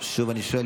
שוב אני שואל.